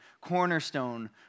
cornerstone